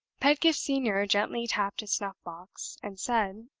pedgift senior gently tapped his snuff-box, and said,